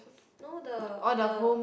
no the the